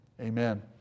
amen